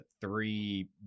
three